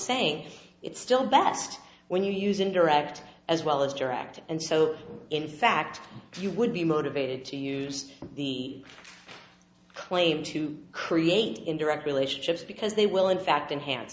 saying it's still best when you use indirect as well as direct and so in fact you would be motivated to use the claim to create indirect relationships because they will in fact enhance